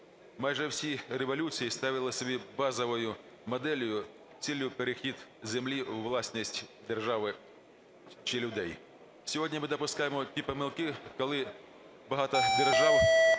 Майже всі революції ставили собі базовою моделлю, ціллю перехід землі у власність держави чи людей. Сьогодні ми допускаємо ті помилки, коли багато держав